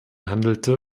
handelte